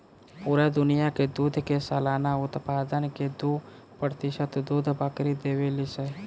पूरा दुनिया के दूध के सालाना उत्पादन के दू प्रतिशत दूध बकरी देवे ले